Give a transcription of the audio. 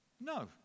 No